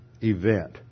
event